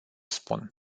spun